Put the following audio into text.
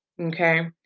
Okay